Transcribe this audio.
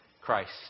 Christ